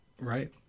Right